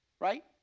right